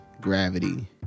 gravity